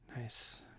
Nice